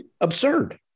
absurd